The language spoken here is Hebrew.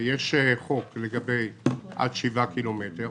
יש חוק לגבי עד 7 קילומטרים,